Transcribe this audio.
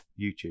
YouTube